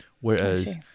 Whereas